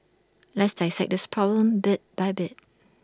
let's dissect this problem bit by bit